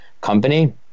company